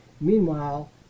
Meanwhile